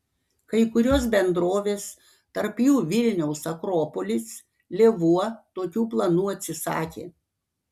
kai kurios bendrovės tarp jų vilniaus akropolis lėvuo tokių planų atsisakė